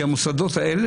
כי המוסדות האלה,